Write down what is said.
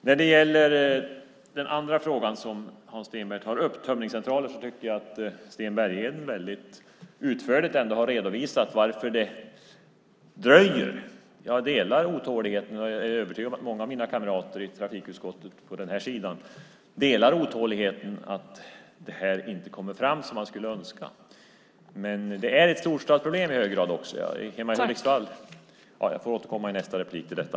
När det gäller den andra frågan som Hans Stenberg tar upp, tömningscentraler, tyckte jag att Sten Bergheden väldigt utförligt har redovisat varför det dröjer. Jag delar otåligheten, och jag är övertygad om att många av mina kamrater i trafikutskottet på allianssidan delar otåligheten över att det här inte kommer fram som man skulle önska. Men det är också i hög grad ett storstadsproblem. Jag får återkomma i nästa replik till detta.